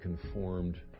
conformed